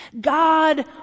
God